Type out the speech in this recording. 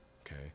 okay